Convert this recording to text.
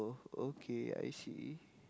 oh okay I see